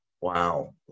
Wow